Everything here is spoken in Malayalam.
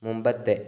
മുമ്പത്തെ